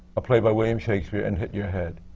a play by william shakespeare and hit your head.